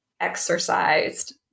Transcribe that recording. exercised